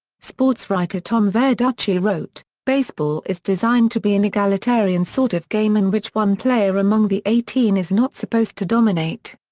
sportswriter tom verducci wrote, baseball is designed to be an egalitarian sort of game in which one player among the eighteen is not supposed to dominate.